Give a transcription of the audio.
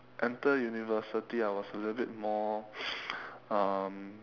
enter university I was a little bit more um